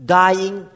dying